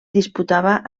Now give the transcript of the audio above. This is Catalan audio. disputava